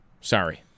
sorry